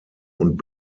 und